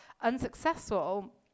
unsuccessful